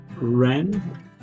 Ren